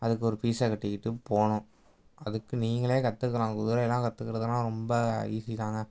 அதுக்கு ஒரு ஃபீஸை கட்டிக்கிட்டு போகணும் அதுக்கு நீங்களே கற்றுக்கலாம் குதிரை எல்லாம் கற்றுக்கிறதுன்னா ரொம்ப ஈஸி தாங்க